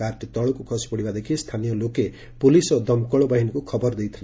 କାର୍ଟି ତଳକୁ ଖସିପଡ଼ିବା ଦେଖ୍ ସ୍ତାନୀୟ ଲୋକେ ପୁଲିସ୍ ଓ ଦମକଳ ବାହିନୀକୁ ଖବର ଦେଇଥିଲେ